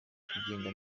kugenda